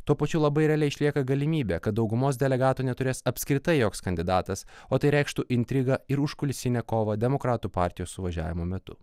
tuo pačiu labai realiai išlieka galimybė kad daugumos delegatų neturės apskritai joks kandidatas o tai reikštų intrigą ir užkulisinę kovą demokratų partijos suvažiavimo metu